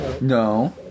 No